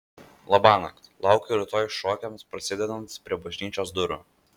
labanakt laukiu rytoj šokiams prasidedant prie bažnyčios durų